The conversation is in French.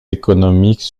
économiques